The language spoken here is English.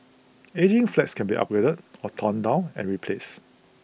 ageing flats can be upgraded or torn down and replaced